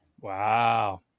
Wow